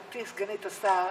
גברתי סגנית השר,